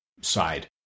side